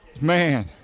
Man